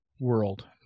world